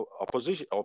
opposition